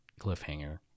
cliffhanger